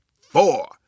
four